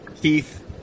Keith